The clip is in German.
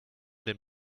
dem